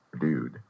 Dude